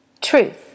Truth